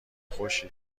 خوشی